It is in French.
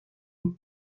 aux